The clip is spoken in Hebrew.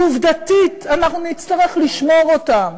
ועובדתית, אנחנו נצטרך לשמור אותם,